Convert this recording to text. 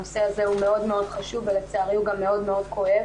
הנושא הזה הוא מאוד חשוב ולצערי הוא גם מאוד כואב.